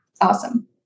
Awesome